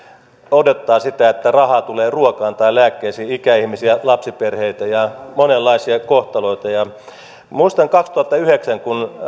odottavat sitä että rahaa tulee ruokaan tai lääkkeisiin ikäihmisiä lapsiperheitä ja monenlaisia kohtaloita muistan kun kaksituhattayhdeksän